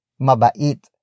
Mabait